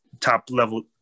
top-level